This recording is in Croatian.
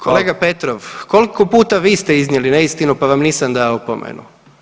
Kolega Petrov, koliko puta vi ste iznijeli neistinu pa vam nisam dao opomenu.